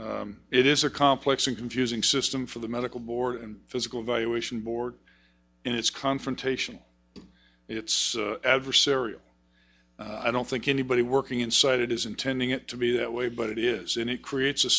it is a complex and confusing system for the medical board and physical evaluation board and it's confrontation it's adversarial i don't think anybody working inside it is intending it to be that way but it is and it creates a